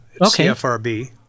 CFRB